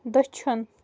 دٔچھُن